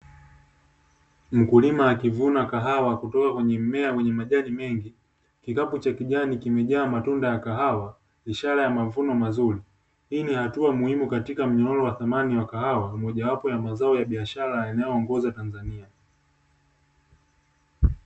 Mkulima akivuna kahawa kutoka kwenye mmea wenye majani mengi, kikapu cha kijani kimejaa matunda ya kahawa ishara ya mavuno mazuri. Hii ni hatua muhimu katika mnyororo wa thamani wa kahawa, mojawapo ya mazao ya biashara yanayoongoza Tanzania.